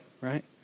right